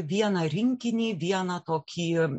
vieną rinkinį vieną tokį